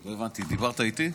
לא הבנתי, דיברת איתי?